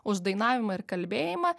už dainavimą ir kalbėjimą